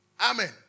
Amen